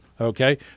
Okay